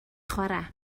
chwarae